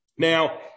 Now